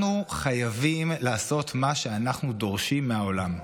אנחנו חייבים לעשות מה שאנחנו דורשים מהעולם.